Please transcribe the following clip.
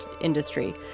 industry